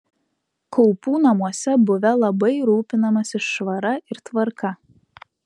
kaupų namuose buvę labai rūpinamasi švara ir tvarka